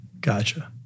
Gotcha